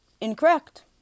incorrect